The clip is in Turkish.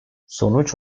sonuç